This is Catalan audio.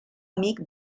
amic